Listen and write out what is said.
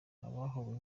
abahowe